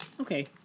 Okay